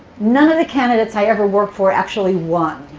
none of the candidates i ever worked for actually won.